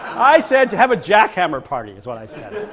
i said to have a jackhammer party, is what i said